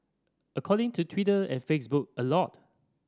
according to Twitter and Facebook a lot